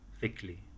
thickly